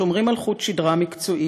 ושומרים על חוט שדרה מקצועי,